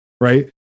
right